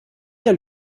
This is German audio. der